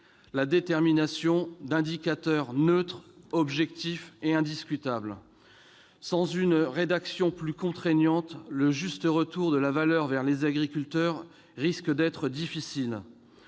la détermination d'indicateurs neutres, objectifs et indiscutables. Sans une rédaction plus contraignante, le juste retour de la valeur vers les agriculteurs risque d'être difficile